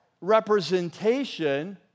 representation